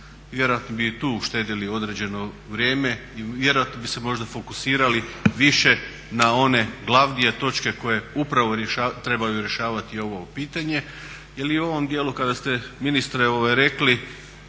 vjerojatno bi i tu uštedili određeno vrijeme i vjerojatno bi se možda fokusirali više na one glavnije točke koje upravo trebaju rješavati ovo pitanje. Jer u ovom djelu kada ste ministre rekli